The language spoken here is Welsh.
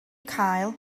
cael